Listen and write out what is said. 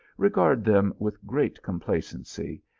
regard them with great complacency,